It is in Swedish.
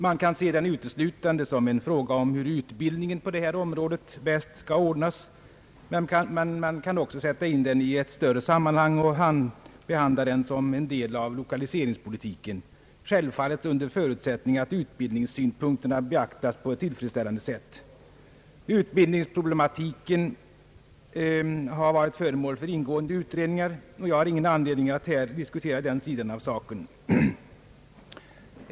Man kan se den uteslutande som en fråga om hur utbildningen på det här området skall ordnas på bästa sätt, men man kan också sätta in frågan i ett större sammanhang och behandla den som en del av lokaliseringspolitiken — självfallet under förutsättning att utbildningssynpunkterna beaktas på ett tillfredsställande sätt. Utbildningsproblematiken har varit föremål för omfattande utredningar, och jag har ingen anledning att här diskutera den sidan av saken.